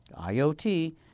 IoT